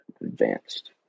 advanced